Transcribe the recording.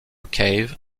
cave